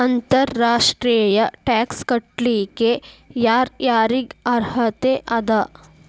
ಅಂತರ್ ರಾಷ್ಟ್ರೇಯ ಟ್ಯಾಕ್ಸ್ ಕಟ್ಲಿಕ್ಕೆ ಯರ್ ಯಾರಿಗ್ ಅರ್ಹತೆ ಅದ?